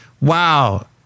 Wow